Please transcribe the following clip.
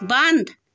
بنٛد